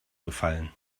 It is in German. gefallen